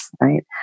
right